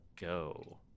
go